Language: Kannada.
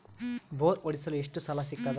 ಬೋರ್ ಹೊಡೆಸಲು ಎಷ್ಟು ಸಾಲ ಸಿಗತದ?